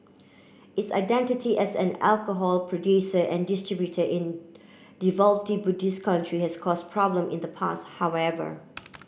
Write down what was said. its identity as an alcohol producer and distributor in devoutly Buddhist country has caused problem in the past however